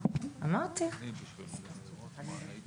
ובינתיים תנסו להשיג את הצוותים,